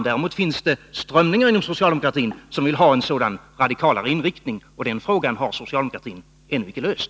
Däremot finns det strömningar inom socialdemokratin som vill ha en radikalare inriktning, och den frågan har socialdemokratin ännu icke löst.